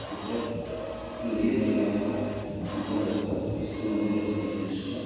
तत्र नदियाजिलायाः अन्तर्गतः इस्कान् मन्दिरम् अस्ति यस्य